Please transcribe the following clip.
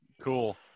Cool